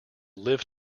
lived